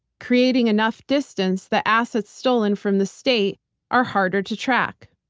creating enough distance, the assets stolen from the state are harder to track.